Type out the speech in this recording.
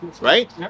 Right